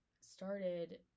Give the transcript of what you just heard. started